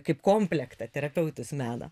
kaip komplektą terapeutus meno